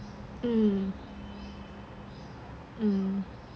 mm mm